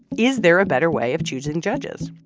is there a better way of choosing judges?